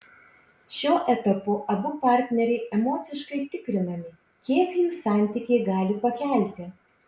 šiuo etapu abu partneriai emociškai tikrinami kiek jų santykiai gali pakelti